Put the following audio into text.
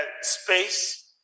space